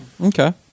Okay